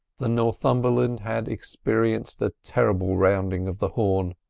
the northumberland had experienced a terrible rounding of the horn.